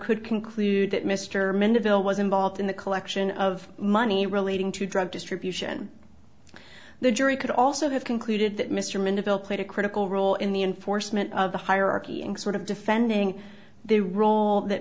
could conclude that mr mandela was involved in the collection of money relating to drug distribution the jury could also have concluded that mr minda bill played a critical role in the enforcement of the hierarchy and sort of defending the role that